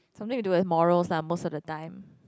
something to do with moral lah most of the time